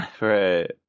Right